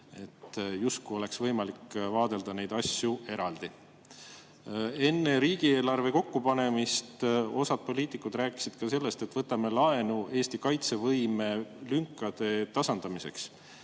just kui oleks võimalik vaadelda neid asju eraldi. Enne riigieelarve kokkupanemist osa poliitikuid rääkis ka sellest, et võtame laenu Eesti kaitsevõime lünkade tasandamiseks.